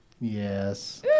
Yes